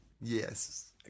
Yes